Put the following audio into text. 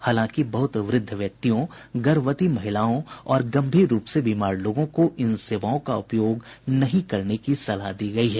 हालांकि बहुत वृद्ध व्यक्तियों गर्भवती महिलाओं और गंभीर रूप से बीमार लोगों को इन सेवाओं का उपयोग न करने की सलाह दी गई है